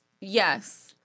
yes